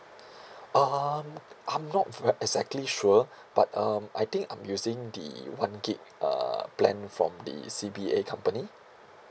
um I'm not ve~ exactly sure but um I think I'm using the one gig uh plan from the C B A company